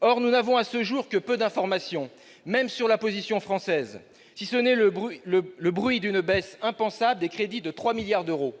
Or nous n'avons à ce jour que peu d'informations, même sur la position française, si ce n'est le bruit d'une baisse impensable des crédits de 3 milliards d'euros.